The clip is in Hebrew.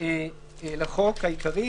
לחוק העיקרי: